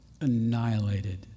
annihilated